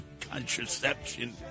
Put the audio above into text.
contraception